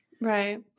Right